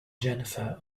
jennifer